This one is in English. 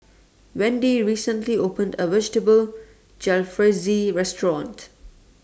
Wendi recently opened A Vegetable Jalfrezi Restaurant